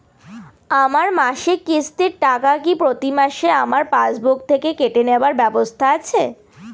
আমার মাসিক কিস্তির টাকা কি প্রতিমাসে আমার পাসবুক থেকে কেটে নেবার ব্যবস্থা আছে?